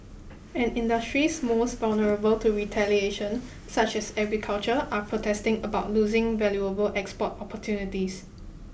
and industries most vulnerable to retaliation such as agriculture are protesting about losing valuable export opportunities